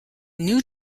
new